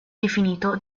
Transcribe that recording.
definito